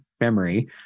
memory